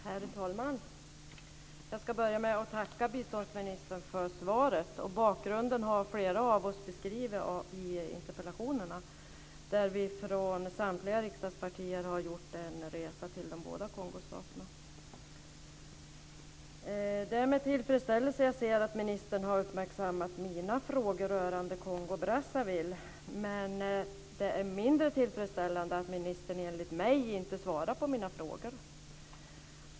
Herr talman! Jag ska börja med att tacka biståndsministern för svaret. Bakgrunden till frågorna har flera av oss beskrivit i interpellationerna. Vi har från samtliga riksdagspartier gjort en resa till de båda Det är med tillfredsställelse jag ser att ministern har uppmärksammat mina frågor rörande Kongo Brazzaville, men det är mindre tillfredsställande att ministern som jag ser det inte svarar på mina frågor.